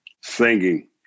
Singing